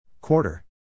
Quarter